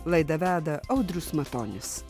laidą veda audrius matonis